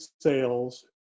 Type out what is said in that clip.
sales